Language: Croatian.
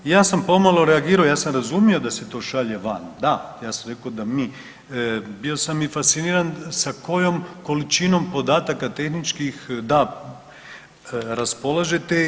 Ja sam pomalo reagirao, ja sam razumio da se to šalje van, da ja sam rekao da mi, bio sam i fasciniran sa kojom količinom podataka tehničkih da raspolažete.